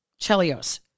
Chelios